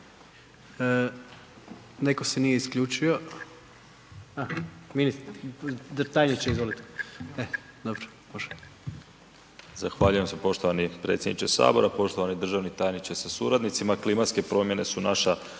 Domagoj (HDZ)** Zahvaljujem se poštovani predsjedniče Sabora, poštovani državni tajniče sa suradnicima. Klimatske promjene su naša